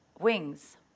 wings